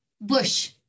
Bush